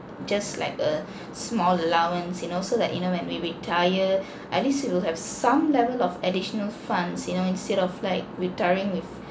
just like a small allowance you know so that you know when we retire at least we will have some level of additional funds you know instead of like retiring with